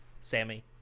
Sammy